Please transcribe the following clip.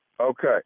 Okay